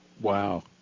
Wow